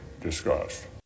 discussed